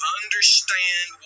understand